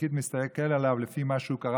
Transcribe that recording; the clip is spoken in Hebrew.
והפקיד מסתכל עליו לפי מה שהוא קרא